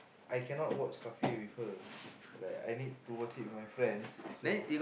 I cannot watch kafir with her like I need to watch it with my friends so